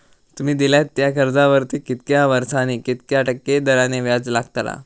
तुमि दिल्यात त्या कर्जावरती कितक्या वर्सानी कितक्या टक्के दराने व्याज लागतला?